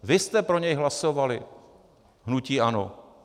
Vy jste pro něj hlasovali, hnutí ANO.